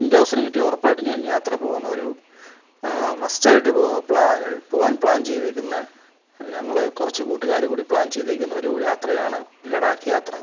എൻ്റ അവസരം കിട്ടിയാൽ ഉറപ്പായിട്ടും ഞാൻ യാത്ര പോകുന്ന ഒരു മസ്റ്റായിട്ട് പോവും പ്ലാന് പോവാൻ പ്ലാൻ ചെയ്തേക്കുന്ന ഞങ്ങള് കുറച്ച് കൂട്ടുകാര് കൂടി പ്ലാൻ ചെയ്തേക്കുന്ന ഒരു യാത്രയാണ് ലഡാക്ക് യാത്ര